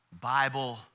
Bible